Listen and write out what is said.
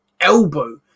elbow